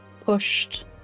pushed